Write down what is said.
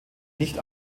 nicht